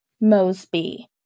mosby